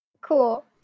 Cool